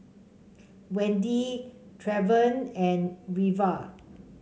Wendy Trevion and Reva